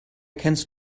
kennst